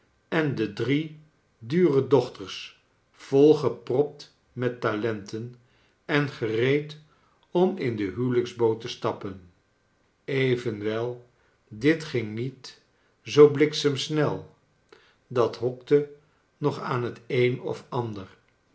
en de drie dure dochters volgepropt met talenten en gereed om in de huwelijksboot te stappen evenwel dit ging niet zoo bliksemsnel dat hokte nog aan het een of ander